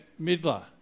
Midler